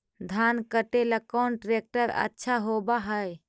धान कटे ला कौन ट्रैक्टर अच्छा होबा है?